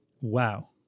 Wow